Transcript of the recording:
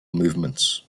movements